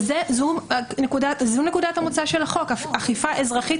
זאת נקודת המוצא של החוק אכיפה אזרחית